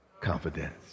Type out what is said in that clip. Confidence